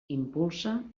impulsa